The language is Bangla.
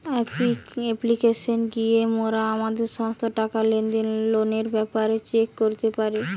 অ্যাপ্লিকেশানে গিয়া মোরা আমাদের সমস্ত টাকা, লেনদেন, লোনের ব্যাপারে চেক করতে পারি